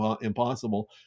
impossible